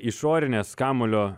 išorinės kamuolio